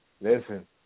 listen